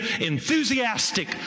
enthusiastic